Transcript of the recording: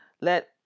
let